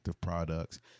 products